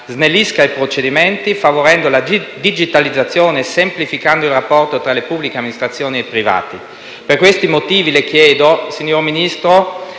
snellisca i procedimenti, favorendo la digitalizzazione e semplificando il rapporto tra le pubbliche amministrazioni e i privati. Per questi motivi, le chiedo, signor Ministro,